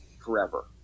forever